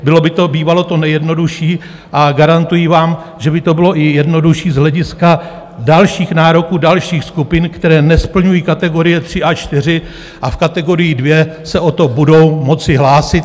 Bylo by to bývalo to nejjednodušší a garantuji vám, že by to bylo i jednodušší z hlediska dalších nároků dalších skupin, které nesplňují kategorie III a IV a v kategorii II se o to budou moci hlásit.